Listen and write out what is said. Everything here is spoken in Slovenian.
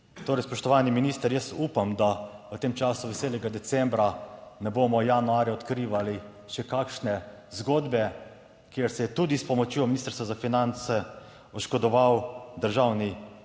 Torej, spoštovani minister, jaz upam, da v tem času, veselega decembra ne bomo januarja odkrivali še kakšne zgodbe, kjer se je tudi s pomočjo Ministrstva za finance oškodoval državni